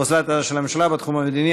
אוזלת ידה של הממשלה בתחום המדיני,